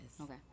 Okay